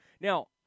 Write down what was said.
Now